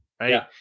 right